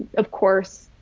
of course,